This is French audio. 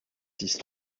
six